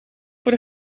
voor